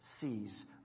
sees